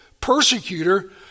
persecutor